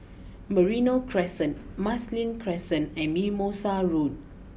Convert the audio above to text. Merino Crescent Marsiling Crescent and Mimosa Road